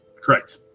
Correct